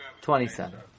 Twenty-seven